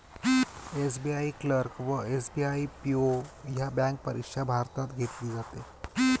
SBI clerk व SBI PO ह्या bank परीक्षा भारतात घेतली जाते